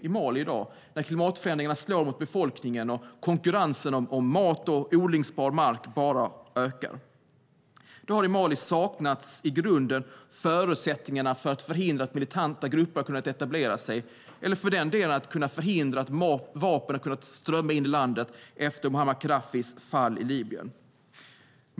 I Mali slår klimatförändringarna mot befolkningen och konkurrensen om mat och odlingsbar mark ökar. I Mali har det saknats förutsättningar att förhindra att militanta grupper har kunnat etablera sig och att vapen har kunnat strömma in i landet efter Muammar Gaddafis fall i Libyen.